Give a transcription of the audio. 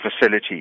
facility